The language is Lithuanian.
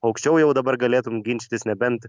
aukščiau jau dabar galėtum ginčytis nebent